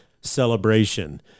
celebration